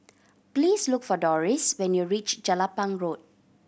please look for Doris when you reach Jelapang Road